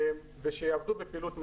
ושיעבדו בפעילות מלאה.